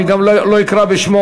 אני גם לא אקרא בשמו,